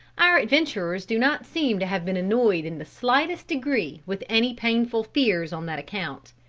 our adventurers do not seem to have been annoyed in the slightest degree with any painful fears on that account.